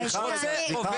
סליחה,